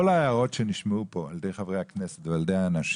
כל ההערות שנשמעו פה על ידי חברי הכנסת ועל ידי האנשים,